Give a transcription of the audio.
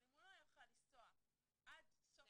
אבל אם הוא יכול לנסוע עד סוף כיתה ד'